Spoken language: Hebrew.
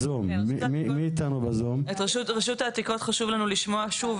את רשות העתיקות חשוב לנו לשמוע שוב,